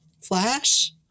Flash